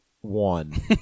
one